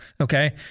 Okay